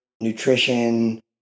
nutrition